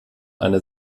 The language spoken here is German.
einer